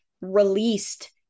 released